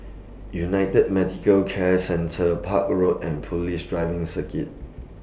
United Medicare Centre Park Road and Police Driving Circuit